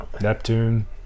neptune